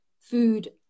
food